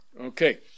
Okay